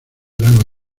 lago